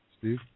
Steve